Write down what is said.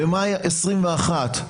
במאי 21'